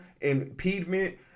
impediment